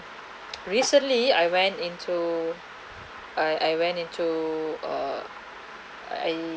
recently I went into uh I went into err I